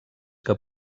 que